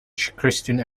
christians